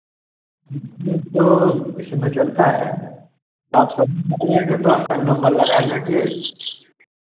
यह तो इसमें चलता हैं आप सबसे पहले आ जाएँगे तो आपका नंबर लगा लेंगे